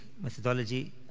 methodology